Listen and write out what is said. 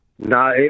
No